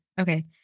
Okay